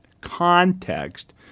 context